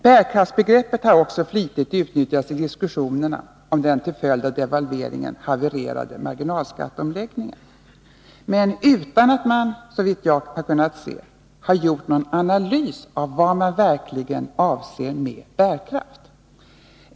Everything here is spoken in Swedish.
Bärkraftsbegreppet har man också flitigt utnyttjat i diskussionerna om den till följd av devalveringen havererade marginalskatteomläggningen, dock utan att man, såvitt jag kunnat se, har gjort någon analys av vad man verkligen avser med bärkraft.